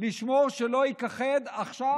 לשמור שלא ייכחד עכשיו,